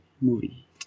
movie